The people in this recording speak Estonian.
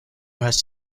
ühes